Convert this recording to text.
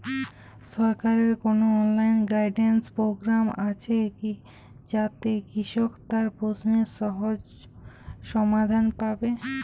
সরকারের কোনো online guidance programme আছে কি যাতে কৃষক তার প্রশ্নের সহজ সমাধান পাবে?